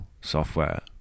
software